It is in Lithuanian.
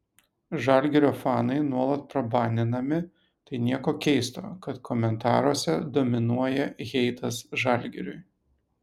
žalgirio fanai nuolat prabaninami tai nieko keisto kad komentaruose dominuoja heitas žalgiriui